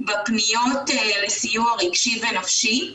בפניות לסיוע רגשי ונפשי,